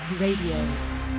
Radio